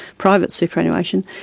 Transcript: private superannuation,